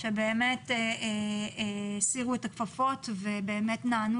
ואת משרד הבריאות שהסירו את הכפפות ונענו